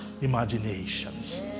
imaginations